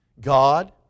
God